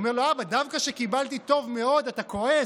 אומר לו: אבא, דווקא שקיבלתי טוב מאוד אתה כועס?